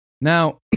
Now